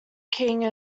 king